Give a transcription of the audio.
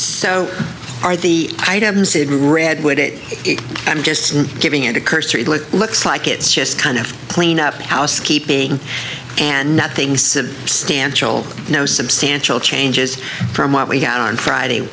so are the items he had read with it and just giving it a cursory look looks like it's just kind of clean up housekeeping and nothing substantial no substantial changes from what we got on friday